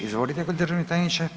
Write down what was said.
Izvolite g. državni tajniče.